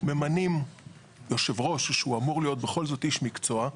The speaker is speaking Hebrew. ממנים יושב ראש שהוא אמור להיות בכל זאת איש מקצוע.